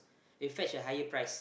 they fetch a higher price